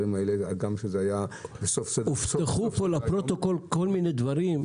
למרות שזה היה בסוף סדר היום --- הובטחו פה לפרוטוקול כל מיני דברים,